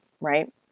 right